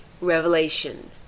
Revelation